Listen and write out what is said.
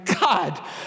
God